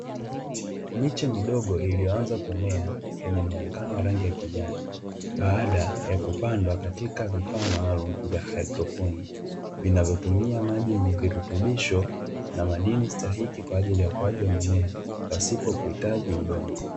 Miche midogo uliyoanza kumea yenye muonekano wa rangi ya kijani, baada ya kupandwa katika vifaa maalumu vya hydroponi vinavyotumia maji yenye virutubisho na madini stahiki kwa ajili ya ukuaji wa mimea pasipo kuhitaji udongo.